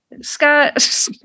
Scott